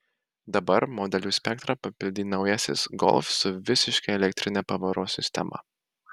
dabar modelių spektrą papildė naujasis golf su visiškai elektrine pavaros sistema